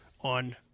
on